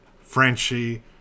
frenchie